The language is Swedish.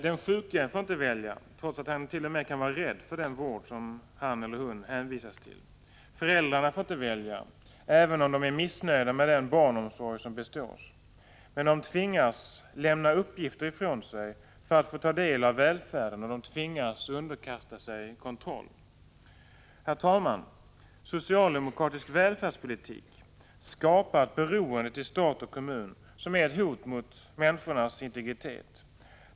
Den sjuke får inte välja, trots att han eller hon t.o.m. kan vara rädd för den vård som han eller hon hänvisas till. Föräldrarna får inte välja, även om de är missnöjda med den barnomsorg som bestås. Men de tvingas lämna uppgifter ifrån sig för att få ta del av välfärden, och de tvingas underkasta sig kontroll. Herr talman! Socialdemokratisk välfärdspolitik skapar ett beroende till stat och kommun som är ett hot mot människornas integritet.